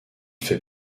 fait